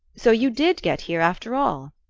so you did get here, after all?